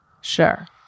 Sure